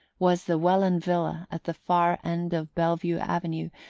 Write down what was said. was the welland villa at the far end of bellevue avenue,